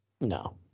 No